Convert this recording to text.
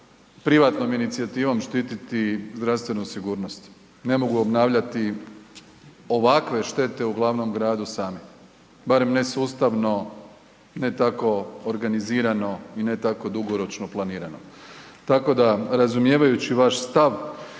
privatnom inicijativom štititi zdravstvenu sigurnost, ne mogu obnavljati ovakve štete u glavnom gradu sami, barem ne sustavno, ne tako organizirano i ne tako dugoročno planirano. Tako da razumijevajući vaš stav